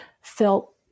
felt